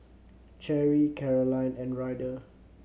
Cherry Carolyne and Ryder